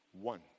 One